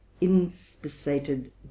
inspissated